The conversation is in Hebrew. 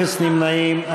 אפס נמנעים.